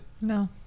No